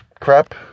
crap